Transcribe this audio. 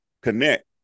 connect